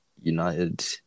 United